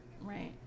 Right